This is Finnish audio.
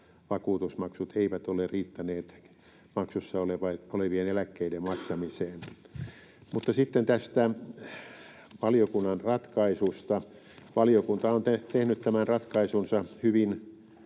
vakuutusmaksut eivät ole riittäneet maksussa olevien eläkkeiden maksamiseen. Mutta sitten tästä valiokunnan ratkaisusta. Valiokunta on tehnyt tämän ratkaisunsa hyvin,